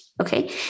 Okay